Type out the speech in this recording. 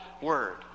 word